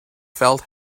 felt